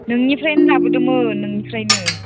नोंनिफ्रायनो लाबोदोंमोन नोंनिफ्रायनो